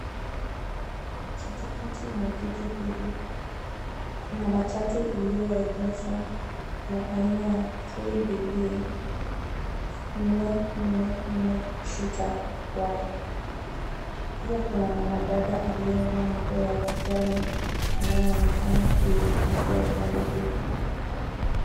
Katikati mwa jiji hili kuna matatu iliyoegeshwa ya aina ya KBD 4446Y. Pia kuna mwanadada aliyevaa nguo ya kijani anayeonekana kuingia gari hilo.